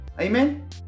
Amen